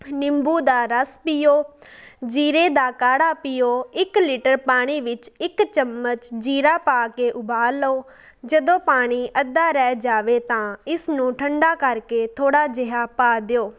ਨਿੰਬੂ ਦਾ ਰਸ ਪੀਓ ਜੀਰੇ ਦਾ ਕਾੜਾ ਪੀਓ ਇਕ ਲੀਟਰ ਪਾਣੀ ਵਿੱਚ ਇਕ ਚਮਚ ਜੀਰਾ ਪਾ ਕੇ ਉਬਾਲ ਲਓ ਜਦੋਂ ਪਾਣੀ ਅੱਧਾ ਰਹਿ ਜਾਵੇ ਤਾਂ ਇਸ ਨੂੰ ਠੰਡਾ ਕਰਕੇ ਥੋੜ੍ਹਾ ਜਿਹਾ ਪਾ ਦਿਓ